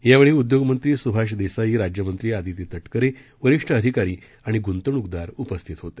यावेळीउद्योगमंत्रीस्भाषदेसाई राज्यमंत्रीअदितीतटकरे वरिष्ठअधिकारीआणिग्ंतवणूकदारउपिस्थतहोते